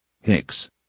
Hicks